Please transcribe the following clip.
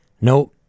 no